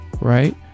right